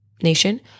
nation